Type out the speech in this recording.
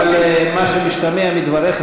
אבל מה שמשתמע מדבריך,